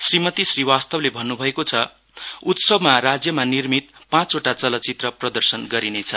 श्रीमती श्रीवास्तवले भन्नुभएको छ उत्स्वमा राज्यमा निर्मित पाँचवटा चलचित्र प्रदर्शन गरिनेछ